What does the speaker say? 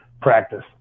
practice